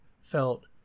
felt